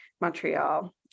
Montreal